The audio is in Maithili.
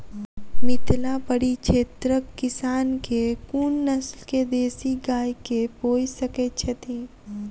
मिथिला परिक्षेत्रक किसान केँ कुन नस्ल केँ देसी गाय केँ पोइस सकैत छैथि?